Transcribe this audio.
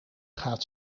gaat